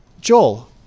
Joel